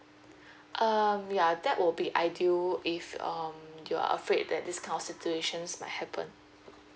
err ya that will be ideal if um you're afraid that this kind of situations might happen